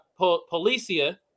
Policia